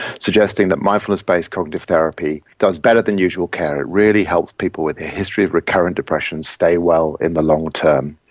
suggesting that mindfulness-based cognitive therapy does better than usual care, it really helps people with a history of recurrent depression stay well in the long term.